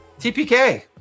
TPK